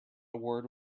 word